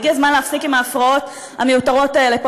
הגיע הזמן להפסיק עם ההפרעות המיותרות האלה פה,